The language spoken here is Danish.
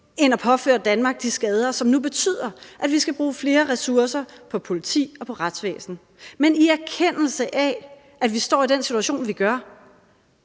end at påføre Danmark de skader, som nu betyder, at vi skal bruge flere ressourcer på politi og på retsvæsen. Men i erkendelse af, at vi står i den situation, vi gør,